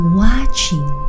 watching